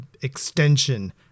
extension